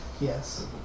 Yes